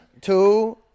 two